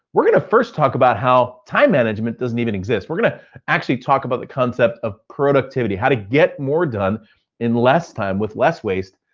we're gonna first talk about how time management doesn't even exist. we're gonna actually talk about the concept of productivity, how to get more done in less time with less waste,